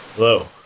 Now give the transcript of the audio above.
Hello